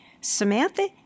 Samantha